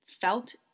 felt